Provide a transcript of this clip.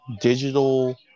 digital